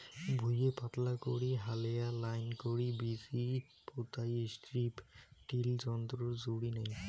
ভুঁইয়ে পাতলা করি হালেয়া লাইন করি বীচি পোতাই স্ট্রিপ টিল যন্ত্রর জুড়ি নাই